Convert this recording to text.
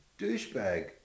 douchebag